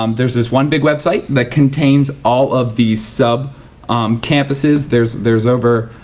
um there's this one big website that contains all of the sub um campuses. there's there's over,